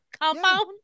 compound